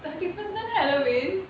thirty first தானே:thanae halloween